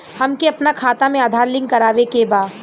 हमके अपना खाता में आधार लिंक करावे के बा?